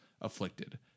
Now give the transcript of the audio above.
afflicted